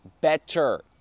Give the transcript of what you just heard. better